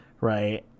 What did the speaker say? right